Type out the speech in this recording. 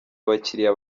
abakiliya